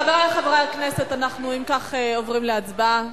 חברי חברי הכנסת, אנחנו עוברים להצבעה.